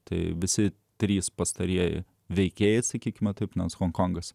tai visi trys pastarieji veikėjai sakykime taip nors honkongas